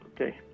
Okay